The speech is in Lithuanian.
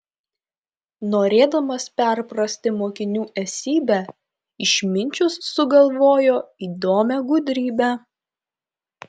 norėdamas perprasti mokinių esybę išminčius sugalvojo įdomią gudrybę